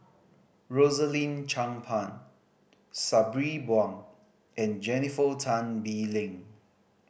Rosaline Chan Pang Sabri Buang and Jennifer Tan Bee Leng